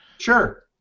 Sure